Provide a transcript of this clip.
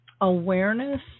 awareness